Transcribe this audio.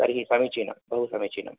तर्हि समीचिनं बहु समीचिनमं